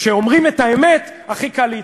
כשאומרים את האמת, הכי קל להתמודד.